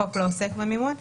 החוק לא עוסק במימון.